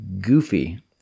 goofy